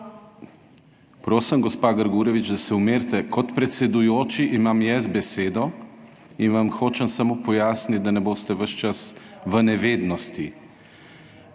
Prosim, gospa Grgurevič, da se umirite. Kot predsedujoči imam jaz besedo in vam hočem samo pojasniti, da ne boste ves čas v nevednosti.